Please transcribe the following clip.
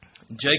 Jacob